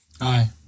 Aye